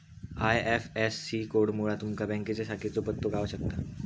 IFSC कोडमुळा तुमका बँकेच्या शाखेचो पत्तो गाव शकता